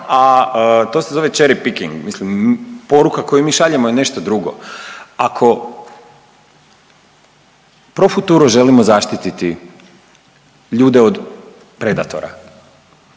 a to se zove cheri piking, mislim poruka koju mi šaljemo je nešto drugo. Ako pro futuro želimo zaštititi ljude od predatora